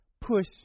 push